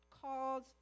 calls